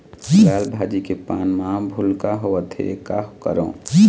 लाल भाजी के पान म भूलका होवथे, का करों?